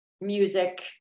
music